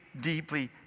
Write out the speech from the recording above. deeply